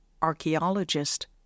archaeologist